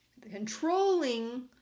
Controlling